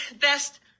best